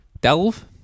delve